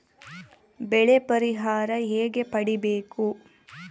ಬೆಳೆ ಪರಿಹಾರ ಹೇಗೆ ಪಡಿಬೇಕು?